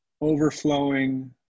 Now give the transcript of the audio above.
overflowing